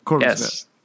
Yes